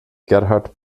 gerhard